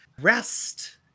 rest